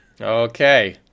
Okay